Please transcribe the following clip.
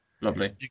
Lovely